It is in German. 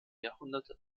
jahrhunderte